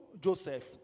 Joseph